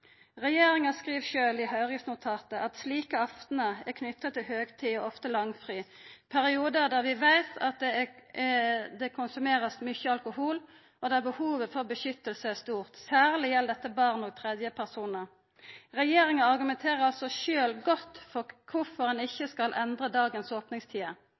Regjeringa skriv sjølv i høyringsnotatet at slike aftnar er knytte til høgtid og ofte langfri, periodar då vi veit at det vert konsumert mykje alkohol, og der behovet for vern er stort. Særleg gjeld dette barn og tredjepersonar. Regjeringa argumenterer altså sjølv godt for kvifor ein ikkje skal endra dagens opningstider.